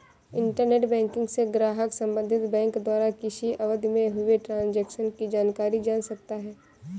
internet banking से ग्राहक संबंधित बैंक द्वारा किसी अवधि में हुए ट्रांजेक्शन की जानकारी जान सकता है